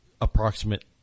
approximate